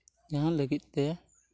ᱡᱟᱦᱟᱸ ᱞᱟᱹᱜᱤᱫ ᱛᱮ